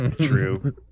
true